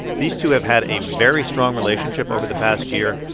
these two have had a very strong relationship over the past year.